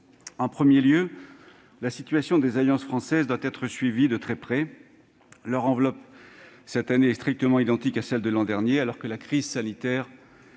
En premier lieu, la situation des alliances françaises doit être suivie de très près. Leur enveloppe est strictement identique à celle de l'an dernier, alors que la crise sanitaire